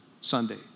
Sunday